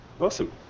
Awesome